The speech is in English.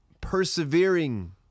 Persevering